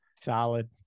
solid